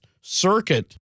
circuit